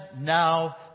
now